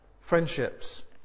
Friendships